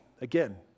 again